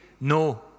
No